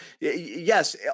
yes